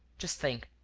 just think.